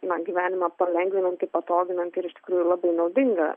na gyvenimą palengvinanti patoginanti iš tikrųjų labai naudinga